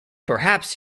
perhaps